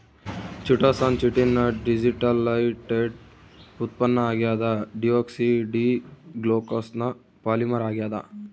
chitosan chitin ನ deacetylated ಉತ್ಪನ್ನ ಆಗ್ಯದ ಡಿಯೋಕ್ಸಿ ಡಿ ಗ್ಲೂಕೋಸ್ನ ಪಾಲಿಮರ್ ಆಗ್ಯಾದ